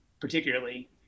particularly